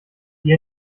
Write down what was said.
die